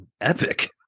epic